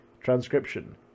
Transcription